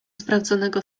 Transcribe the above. sprawdzonego